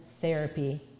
therapy